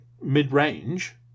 mid-range